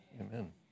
Amen